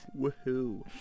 Woohoo